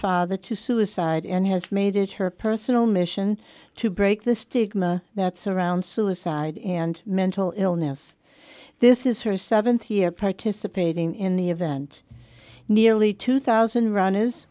father to suicide and has made it her personal mission to break the stigma that surrounds suicide and mental illness this is her th year participating in the event nearly two thousand runners